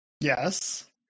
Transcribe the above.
Yes